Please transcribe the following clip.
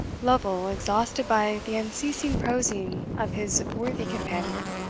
lovel, exhausted by the unceasing prosing of his worthy companion,